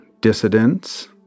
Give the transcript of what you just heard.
dissidents